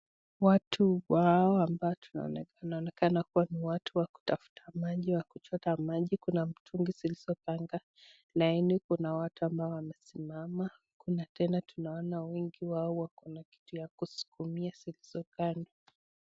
Watu hawa ambao wanaonekana wa kutafuta maji na kuchota maji kuna mitungi zilisopanga laini, Kuna ambao wanasimama kuna tena tunaona wengi wao kuna kitu ya kusukuma zilisopangwa.